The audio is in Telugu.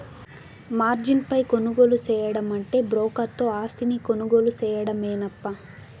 మార్జిన్ పై కొనుగోలు సేయడమంటే బ్రోకర్ తో ఆస్తిని కొనుగోలు సేయడమేనప్పా